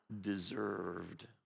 deserved